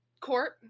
court